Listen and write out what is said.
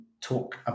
talk